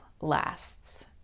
lasts